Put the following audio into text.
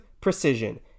precision